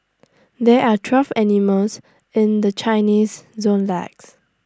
there are twelve animals in the Chinese Zodiac